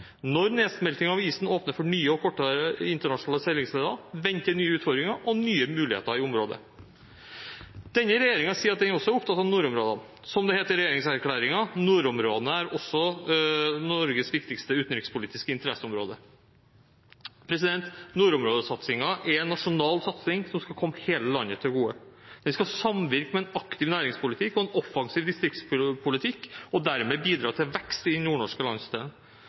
Når nedsmelting av isen åpner for nye og kortere internasjonale seilingsleder, venter nye utfordringer og nye muligheter i området. Denne regjeringen sier også at den er opptatt av nordområdene. Som det heter i regjeringserklæringen: «Nordområdene er også Norges viktigste utenrikspolitiske interesseområde.» Nordområdesatsingen er en nasjonal satsing som skal komme hele landet til gode. Vi skal samvirke om en aktiv næringspolitikk og en offensiv distriktspolitikk og dermed bidra til vekst i den nordnorske